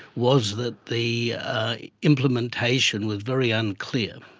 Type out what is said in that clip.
was that the implementation was very unclear.